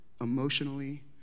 emotionally